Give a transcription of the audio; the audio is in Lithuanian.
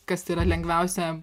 kas tai yra lengviausia